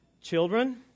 Children